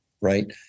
Right